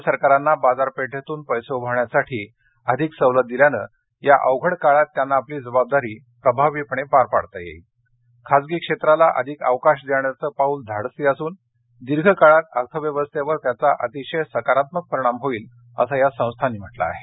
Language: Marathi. राज्य सरकारांना बाजारपेठेतून पैसे उभारण्यासाठी अधिक सवलत दिल्याने या अवघड काळात त्यांना आपली जबाबदारी प्रभावीपणे पार पाडता येईल खासगी क्षेत्राला अधिक अवकाश देण्याचे पाऊल धाडसी असून दीर्घकाळात अर्थव्यवस्थेवर त्याचा अतिशय सकारात्मक परिणाम होईल असं या संस्थांनी म्हटलं आहे